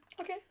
Okay